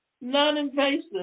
Non-invasive